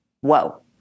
whoa